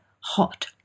hot